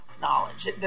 knowledge